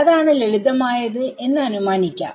അതാണ് ലളിതമായത് എന്ന് അനുമാനിക്കാം